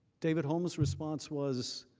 david holmes response was,